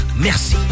merci